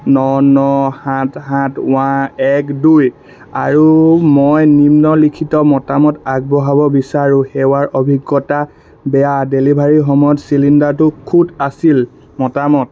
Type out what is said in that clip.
ন ন সাত সাত এক দুই আৰু মই নিম্নলিখিত মতামত আগবঢ়াব বিচাৰোঁ সেৱাৰ অভিজ্ঞতা বেয়া ডেলিভাৰীৰ সময়ত চিলিণ্ডাৰটোত খুঁত আছিল মতামত